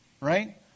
right